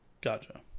Gotcha